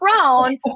thrown